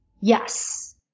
yes